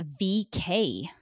VK